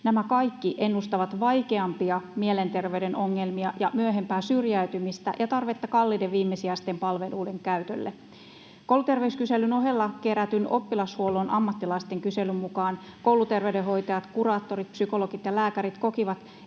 Nämä kaikki ennustavat vaikeampia mielenterveyden ongelmia ja myöhempää syrjäytymistä ja tarvetta kalliiden viimesijaisten palveluiden käytölle. Kouluterveyskyselyn ohella kerätyn oppilashuollon ammattilaisten kyselyn mukaan kouluterveydenhoitajat, kuraattorit, psykologit ja lääkärit kokivat,